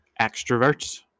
extroverts